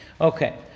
Okay